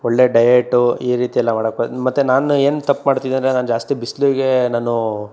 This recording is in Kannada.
ಒಳ್ಳೆ ಡಯೇಟು ಈ ರೀತಿ ಎಲ್ಲ ಮಾಡೋಕ್ಕೆ ಹೋದೆ ಮತ್ತು ನಾನು ಏನು ತಪ್ಪು ಮಾಡ್ತಿದ್ದೀನಿ ಅಂದರೆ ನಾನು ಜಾಸ್ತಿ ಬಿಸಿಲಿಗೆ ನಾನು